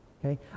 Okay